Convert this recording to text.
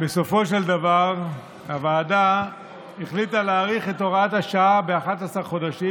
בסופו של דבר הוועדה החליטה להאריך את הוראת השעה ב-11 חודשים,